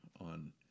on